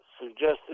suggested